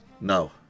No